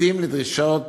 מתאים לדרישות